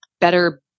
better